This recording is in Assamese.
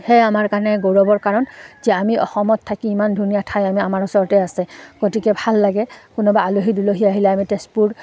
সেয়া আমাৰ কাৰণে গৌৰৱৰ কাৰণ যে আমি অসমত থাকি ইমান ধুনীয়া ঠাই আমি আমাৰ ওচৰতে আছে গতিকে ভাল লাগে কোনোবা আলহী দুলহী আহিলে আমি তেজপুৰ